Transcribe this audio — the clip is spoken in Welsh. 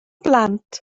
blant